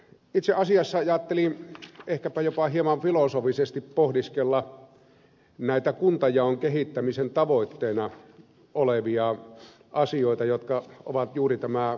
itse asiassa ajattelin ehkäpä jopa hieman filosofisesti pohdiskella näitä kuntajaon kehittämisen tavoitteena olevia asioita jotka ovat juuri tämä ed